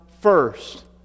first